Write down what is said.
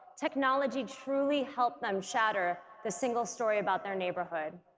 technology truly helped them shatter the single story about their neighborhood.